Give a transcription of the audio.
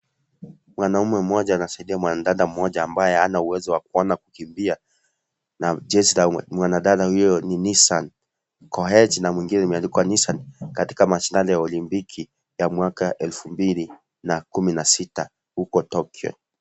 Mwanaumwe mmoja anasaidia mwanadada mmoja, ambaye hana uwezo wa kukimbia. Na jezi la mwanadada huyo ni Nissan Koech na mwingine limeandikwa Nissan katika mashindano ya olimpiki, ya mwaka elfu mbili na kumi na sita huko Tokyo.